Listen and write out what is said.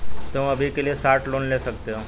तुम अभी के लिए शॉर्ट लोन ले सकते हो